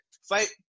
fight